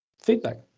feedback